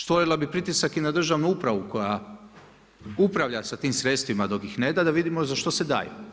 Stvorila bi pritisak i na državnu upravu koja upravlja sa tim sredstvima dok ih ne da da vidimo za što se daje.